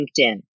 LinkedIn